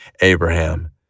Abraham